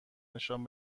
نشان